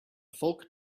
folk